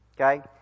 Okay